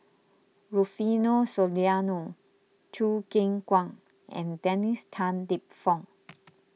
Rufino Soliano Choo Keng Kwang and Dennis Tan Lip Fong